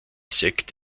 sekt